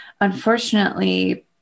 unfortunately